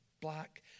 black